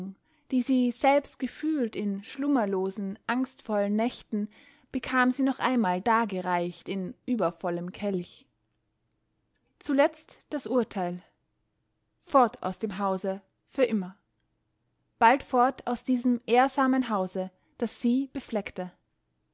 die sie selbst gefühlt in schlummerlosen angstvollen nächten bekam sie noch einmal dargereicht in übervollem kelch zuletzt das urteil fort aus dem hause für immer bald fort aus diesem ehrsamen hause das sie befleckte